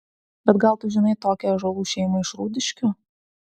bet gal tu žinai tokią ąžuolų šeimą iš rūdiškių